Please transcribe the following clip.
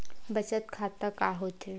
बचत खाता का होथे?